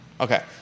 Okay